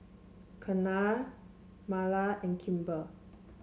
Keanna Marla and Kimber